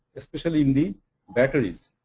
especially in the batteries.